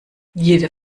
jeder